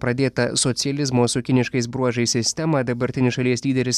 pradėtą socializmo su kiniškais bruožais sistemą dabartinis šalies lyderis